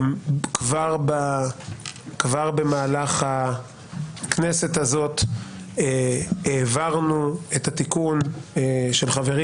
כבר במהלך הכנסת הזאת העברנו את התיקון של חברי,